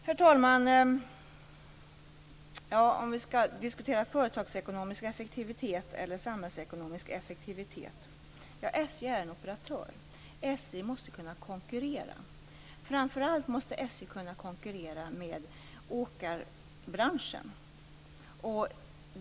Herr talman! Om vi nu skall diskutera företagsekonomisk och samhällsekonomisk effektivitet skall jag säga att SJ är en operatör, att SJ måste kunna konkurrera. Framför allt måste SJ kunna konkurrera med åkeribranschen.